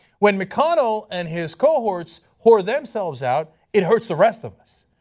when mcconnell and his cohorts whore themselves out, it hurts the rest of us.